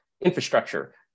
infrastructure